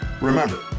Remember